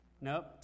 Nope